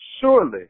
surely